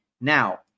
Now